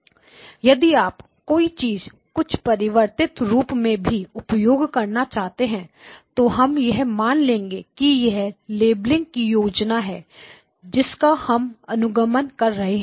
यदि आप कोई चीज कुछ परिवर्तित रूप में भी प्रयोग करना चाहे तो हम यह मान लेंगे कि वह लेबलिंग की योजना है जिसका हम अनुगमन कर रहे हैं